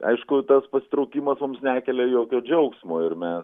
aišku tas pasitraukimas mums nekelia jokio džiaugsmo ir mes